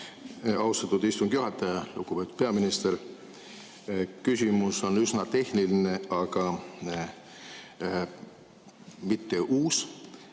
Austatud istungi juhataja! Lugupeetud peaminister! Küsimus on üsna tehniline, aga mitte uus.